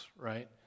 right